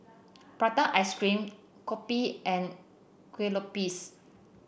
Prata Ice Cream kopi and Kuih Lopes